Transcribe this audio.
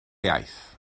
iaith